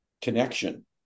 connection